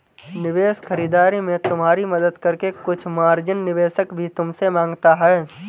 निवेश खरीदारी में तुम्हारी मदद करके कुछ मार्जिन निवेशक भी तुमसे माँगता है